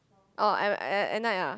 oh at at at night ah